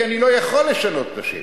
כי אני לא יכול לשנות את השם.